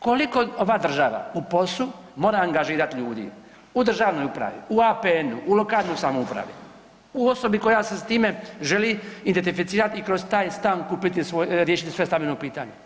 Koliko ova država u POS-u mora angažirat ljudi, u državnoj upravi, u APN-u, u lokalnoj samoupravi, u osobi koja se s time želi identificirati i kroz taj stan kupiti, riješiti svoje stambeno pitanje.